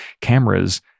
Cameras